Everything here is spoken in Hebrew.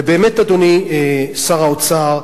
ובאמת, אדוני שר האוצר,